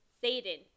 Satan